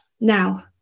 now